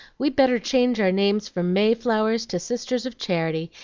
we'd better change our names from may flowers to sisters of charity,